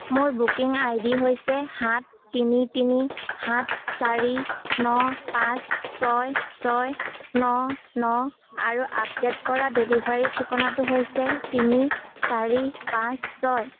মোৰ booking I D হৈছে সাত তিনি তিনি সাত চাৰি ন পাঁচ ছয় ছয় ন ন আৰু আপডে'ট কৰা ডেলিভাৰী ঠিকনাটো হৈছে তিনি চাৰি পাঁচ ছয়